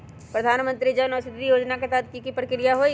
प्रधानमंत्री जन औषधि योजना के तहत की की प्रक्रिया होई?